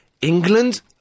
England